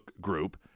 group